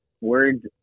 words